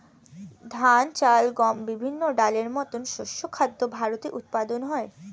ধান, চাল, গম, বিভিন্ন ডালের মতো শস্য খাদ্য ভারতে উৎপাদন হয়